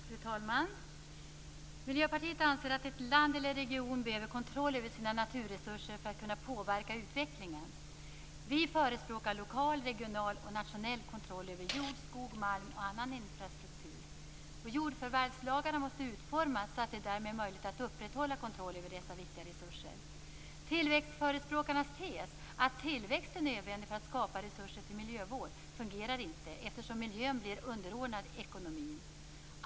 Fru talman! Miljöpartiet anser att ett land eller en region behöver kontroll över sina naturresurser för att kunna påverka utvecklingen. Vi förespråkar lokal, regional och nationell kontroll över jord, skog, malm och annan infrastruktur. Jordförvärvslagarna måste utformas så att det därmed är möjligt att upprätthålla kontroll över dessa viktiga resurser. Tillväxtförespråkarnas tes att tillväxt är nödvändig för att skapa resurser till miljövård fungerar inte eftersom miljön blir underordnad ekonomin.